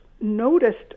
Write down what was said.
noticed